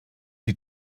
die